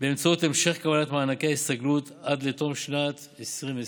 באמצעות המשך קבלת מענקי הסתגלות עד לתום שנת 2020,